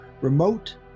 Remote